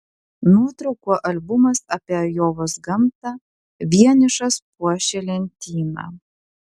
nuotraukų albumas apie ajovos gamtą vienišas puošė lentyną